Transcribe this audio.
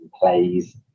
plays